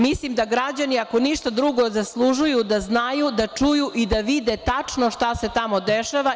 Mislim da građani ako ništa drugo zaslužuju da znaju, da čuju i da vide tačno šta se tamo dešava.